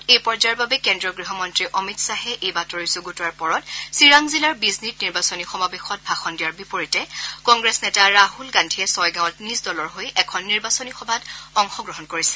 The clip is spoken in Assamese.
অসমত এই পৰ্যায়ৰ বাবে কেন্দ্ৰীয় গ্ৰহমন্ত্ৰী অমিত শ্বাহে এই বাতৰি যুগুতোৱাৰ পৰত চিৰাং জিলাৰ বিজনীত নিৰ্বাচনী সমাৱেশত ভাষণ দিয়াৰ বিপৰীতে কংগ্ৰেছ নেতা ৰাহুল গান্ধীয়ে ছয়গাঁৱত নিজ দলৰ হৈ এখন নিৰ্বাচনী সভাত অংশগ্ৰহণ কৰিছে